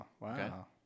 Wow